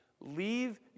leave